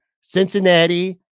Cincinnati